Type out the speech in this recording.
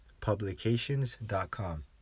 publications.com